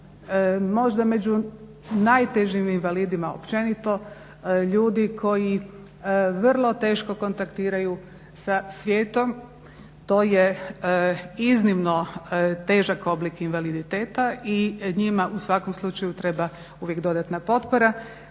možda među najtežim invalidima općenito, ljudi koji vrlo teško kontaktiraju sa svijetom. To je iznimno težak oblik invaliditeta i njima u svakom slučaju treba uvijek dodatna potpora